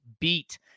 beat